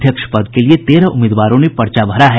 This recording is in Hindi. अध्यक्ष पद के लिए तेरह उम्मीदवारों ने पर्चा भरा है